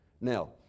Now